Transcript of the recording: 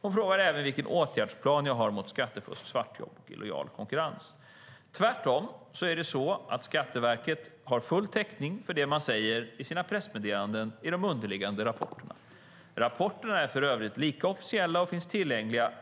Hon frågar även vilken åtgärdsplan jag har mot skattefusk, svartjobb och illojal konkurrens. Tvärtom har Skatteverket full täckning i de underliggande rapporterna för det man säger i sina pressmeddelanden. Rapporterna är för övrigt lika officiella och finns allmänt tillgängliga